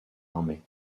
armée